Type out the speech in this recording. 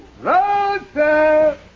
Rosa